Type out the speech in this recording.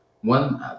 One